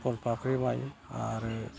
कलफाख्रि माइ आरो